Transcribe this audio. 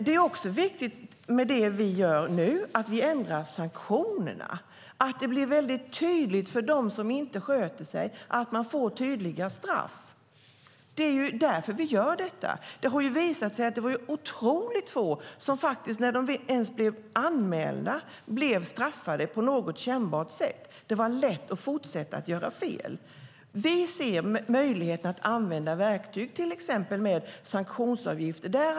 Det som vi gör nu är också viktigt, nämligen att vi ändrar sanktionerna så att det blir mycket tydligt för dem som inte sköter sig att de får tydliga straff. Det är därför som vi gör detta. Det har visat sig att det var otroligt få av dem som blev anmälda som blev straffade på något kännbart sätt. Det var lätt att fortsätta att göra fel. Vi ser möjligheten att använda verktyg, till exempel sanktionsavgifter.